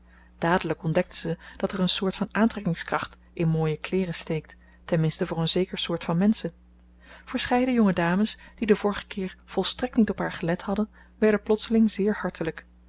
dadelijk ontdekte ze dat er een soort van aantrekkingskracht in mooie kleeren steekt ten minste voor een zeker soort van menschen verscheiden jonge dames die den vorigen keer volstrekt niet op haar gelet hadden werden plotseling zeer hartelijk